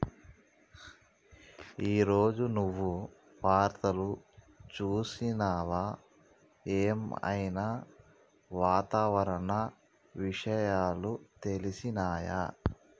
ఈ రోజు నువ్వు వార్తలు చూసినవా? ఏం ఐనా వాతావరణ విషయాలు తెలిసినయా?